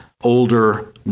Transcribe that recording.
older